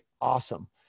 awesome